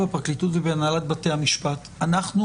בפרקליטות ובהנהלת בתי המשפט הוא שאנחנו